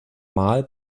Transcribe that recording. mal